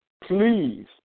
please